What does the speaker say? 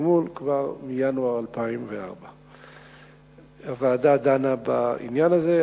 התגמול כבר מינואר 2004. הוועדה דנה בעניין הזה.